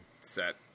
set